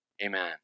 Amen